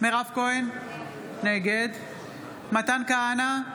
מירב כהן, נגד מתן כהנא,